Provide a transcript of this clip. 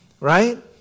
Right